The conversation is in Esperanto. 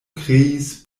kreis